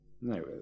No